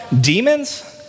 demons